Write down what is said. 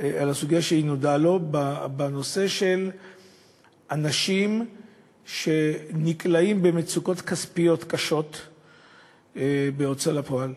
לו בנושא של אנשים שנקלעים למצוקות כספיות קשות בהוצאה לפועל,